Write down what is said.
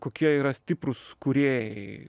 kokie yra stiprūs kūrėjai